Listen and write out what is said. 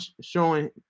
showing